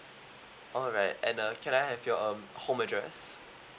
alright and uh can I have your um home address